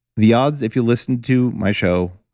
the odds, if you listen to my show,